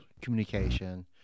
communication